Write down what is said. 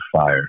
fire